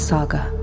Saga